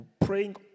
praying